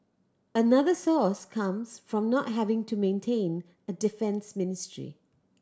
another source comes from not having to maintain a defence ministry